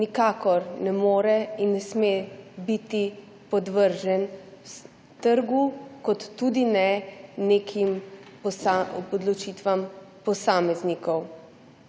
nikakor ne more in ne sme biti podvržen trgu in tudi ne nekim odločitvam posameznikov.